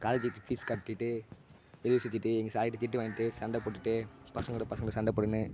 காலேஜூக்கு fees கட்டிவிட்டு வெளியே சுற்றிட்டு எங்கள் சார்கிட்டே திட்டு வாங்கிட்டு சண்டை போட்டுகிட்டு பசங்களோடு பசங்க சண்டை போட்டுக்கின்னு